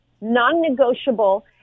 non-negotiable